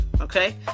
okay